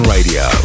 Radio